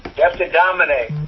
you have to dominate.